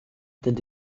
tête